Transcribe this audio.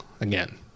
Again